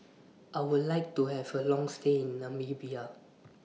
I Would like to Have A Long stay in Namibia